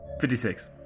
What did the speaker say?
56